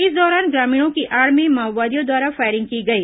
इस दौरान ग्रामीणों की आड़ में माओवादियों द्वारा फायरिंग की गई